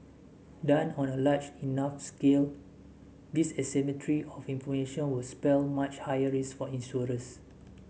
done on a large enough scale this asymmetry of information was spell much higher risk for insurers